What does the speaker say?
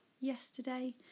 yesterday